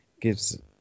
gives